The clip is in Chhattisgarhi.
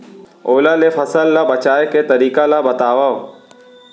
ओला ले फसल ला बचाए के तरीका ला बतावव?